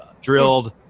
drilled